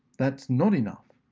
that's not enough.